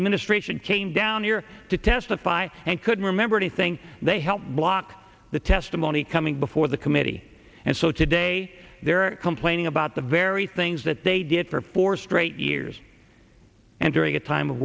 administration came down here to testify and couldn't remember anything they helped block the testimony coming before the committee and so today there are complaining about the very things that they did for four straight years and during a time of